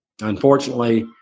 unfortunately